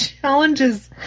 challenges